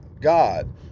God